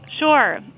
Sure